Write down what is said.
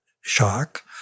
shock